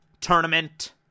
tournament